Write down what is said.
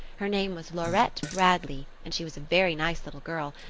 her name was laurette bradley, and she was a very nice little girl.